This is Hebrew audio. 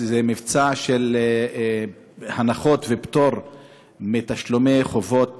שזה מבצע של הנחות ופטור מתשלומי חובות